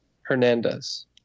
Hernandez